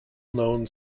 known